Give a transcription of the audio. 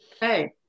Hey